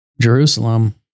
Jerusalem